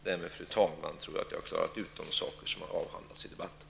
Därmed, fru talman, tror jag jag har klarat av de saker som avhandlats i denna debatt.